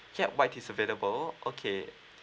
ya white is available okay